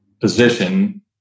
position